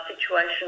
situation